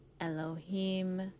Elohim